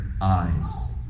eyes